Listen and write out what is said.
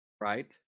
right